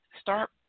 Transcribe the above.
start